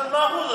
מאה אחוז.